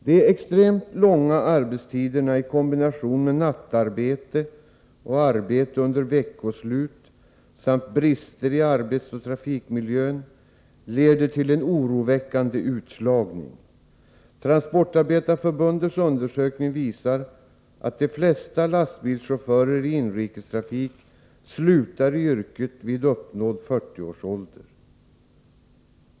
De extremt långa arbetstiderna i kombination med nattarbete och arbete under veckoslut samt brister i arbetsoch trafikmiljö leder till en oroväckande utslagning. Transportarbetareförbundets undersökning visar att de flesta lastbilschaufförer i inrikestrafik slutar i yrket vid uppnådd 40-årsålder.